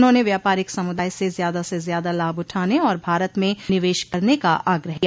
उन्होंने व्यापारिक समुदाय से ज्यादा से ज्यादा लाभ उठाने और भारत में निवेश करने का आग्रह किया